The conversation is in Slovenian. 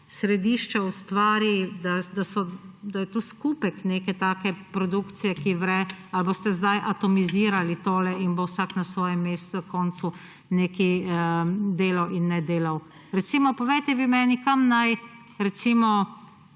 središče ustvari, da je to skupek neke take produkcije, ki vre, ali boste zdaj atomizirali tole in bo vsak na svojem mestnem koncu nekaj delal in ne delal. Recimo, povejte vi meni, kam naj, recimo,